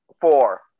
four